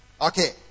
Okay